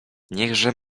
niechże